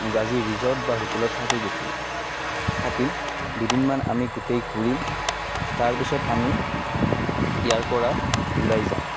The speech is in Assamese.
আজি ৰিজৰ্ট বা হোটেলত থাকি গুচি যাম থাকিম দুদিনমান আমি গোটেই ঘূৰিম তাৰপাছত আমি ইয়াৰপৰা ওলাই যাম